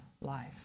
life